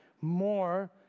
more